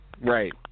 Right